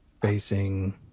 facing